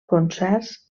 concerts